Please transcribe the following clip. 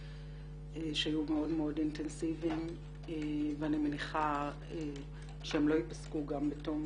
שהיו מאוד מאוד אינטנסיביים ואני מניחה שהם לא יפסקו גם בתום